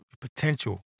potential